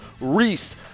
Reese